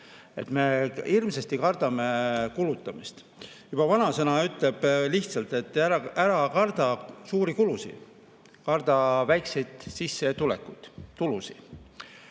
Me hirmsasti kardame kulutamist. Juba vanasõna ütleb, et ära karda suuri kulusid, karda väikseid sissetulekuid, tulusid.